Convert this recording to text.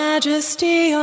Majesty